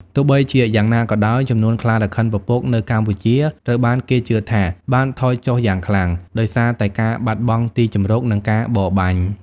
ទោះបីជាយ៉ាងណាក៏ដោយ ចំនួនខ្លារខិនពពកនៅកម្ពុជាត្រូវបានគេជឿថាបានថយចុះយ៉ាងខ្លាំង ដោយសារតែការបាត់បង់ទីជម្រក និងការបរបាញ់។